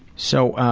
so,